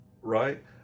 Right